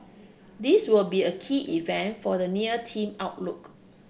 this will be a key event for the near team outlook